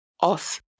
off